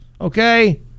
okay